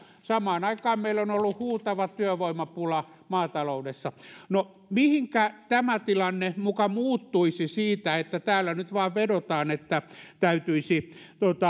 samaan aikaan meillä on ollut huutava työvoimapula maataloudessa no mihinkä tämä tilanne muka muuttuisi siitä että täällä nyt vain vedotaan että täytyisi